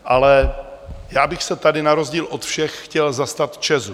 Ale já bych se tady, na rozdíl od všech, chtěl zastat ČEZ.